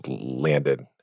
landed